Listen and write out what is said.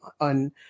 on